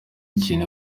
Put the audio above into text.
ikintu